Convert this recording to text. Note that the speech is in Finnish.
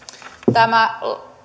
tämä